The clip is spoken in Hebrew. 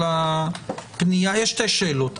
יש שתי שאלות.